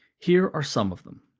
here are some of them.